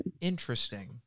Interesting